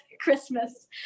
Christmas